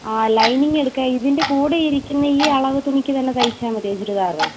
ആ ലൈനിങ് എടുക്കാം ഇതിൻ്റെ കൂടെയിരിക്കുന്ന ഈ അളവുതുണിക്ക് തന്നെ തയ്ച്ചാൽ മതിയോ ചുരിദാർ